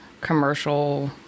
commercial